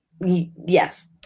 Yes